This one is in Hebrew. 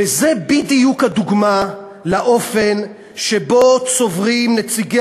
וזו בדיוק הדוגמה לאופן שבו צוברים נציגי